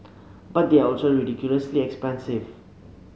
but they are also ridiculously expensive